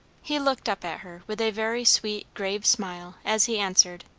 he looked up at her with a very sweet grave smile as he answered,